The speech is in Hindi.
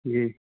जी